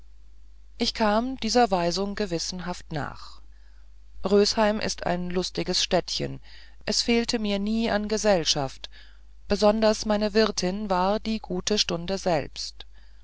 ich kam dieser weisung gewissenhaft nach rösheim ist ein lustiges städtchen es fehlte mir nie an gesellschaft besonders meine wirtin war die gute stunde selbst